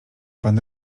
pan